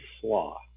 slaw